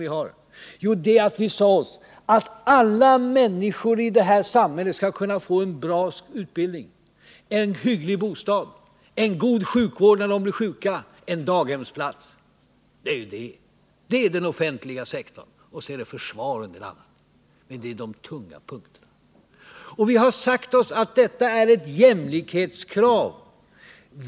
Jo, det är att vi har sagt oss att alla människor i detta samhälle skall kunna få en bra utbildning, en hygglig bostad, en god sjukvård när de blir sjuka, en daghemsplats. Det är den offentliga sektorn. Försvaret och en del annat hör också dit, men detta är tyngdpunkterna. Vi har sagt oss att detta är jämställdhetskrav.